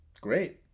Great